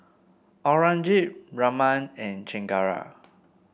Aurangzeb Raman and Chengara